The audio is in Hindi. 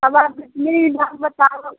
अब आप इतना दाम